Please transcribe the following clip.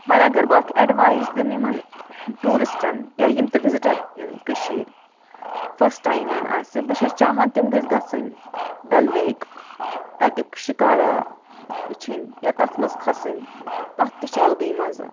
وۄنۍ اگر بہٕ اکھ ایڈوایز دِمہٕ یِمن ٹوٗرسٹن یا یِم تہِ وِزٹر یِن کشیٖرِ فسٹ ٹایِمن آسہِ بہٕ چھس چاہان تِم گژھٕۍ گژھٕنۍ ڈل لیک تتیُک شکارا وٕچھِنۍ یا تتھ منٛز کھسٕنۍ تتھ تہِ چھُ الگٔے مزٕ